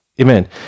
Amen